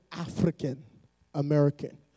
African-American